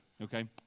Okay